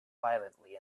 violently